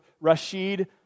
Rashid